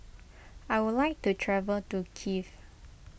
I would like to travel to Kiev